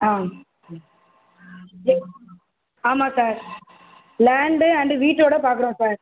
ஆ ம் ஆமாம் sir land and வீட்டோடய பார்க்குறோம் சார்